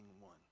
one